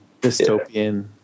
Dystopian